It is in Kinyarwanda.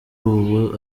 ubu